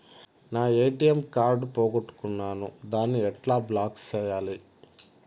నా ATM card పోగొట్టుకున్నాను, దాన్ని ఎట్లా బ్లాక్ సేయాలి?